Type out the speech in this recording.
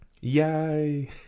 Yay